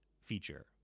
feature